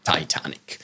Titanic